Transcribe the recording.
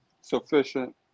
sufficient